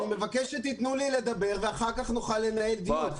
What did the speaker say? אני מבקש שתתנו לי לדבר ואחר כך נוכל לנהל דיון.